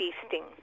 feasting